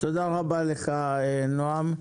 תודה רבה לך, נעם.